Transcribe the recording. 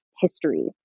history